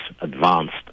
advanced